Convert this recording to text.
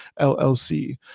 LLC